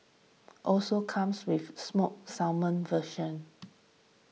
also comes with smoked salmon version